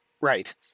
Right